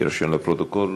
יירשם לפרוטוקול,